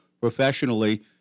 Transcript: professionally